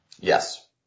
Yes